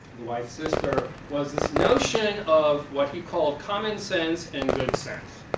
wife's sister was this notion of what he called common sense and good sense.